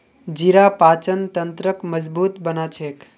जीरा पाचन तंत्रक मजबूत बना छेक